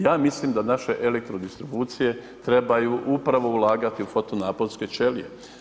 Ja mislim da naše elektrodistribucije trebaju upravo ulagati u foto naponske ćelije.